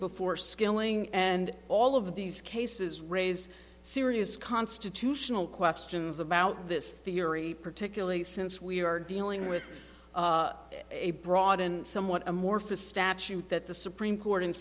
before skilling and all of these cases raise serious constitutional questions about this theory particularly since we are dealing with a broad and somewhat amorphous statute that the supreme court in